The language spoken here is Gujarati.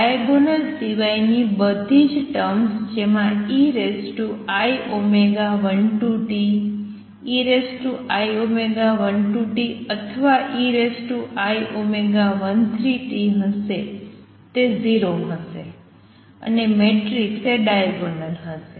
ડાયગોનલ સિવાય ની બધી જ ટર્મ્સ જેમાં ei12t ei12t અથવા ei13t હશે તે 0 હશે અને મેટ્રિક્સ એ ડાયગોનલ હશે